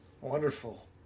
Wonderful